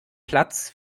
platz